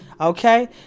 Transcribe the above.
okay